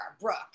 brooke